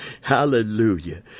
Hallelujah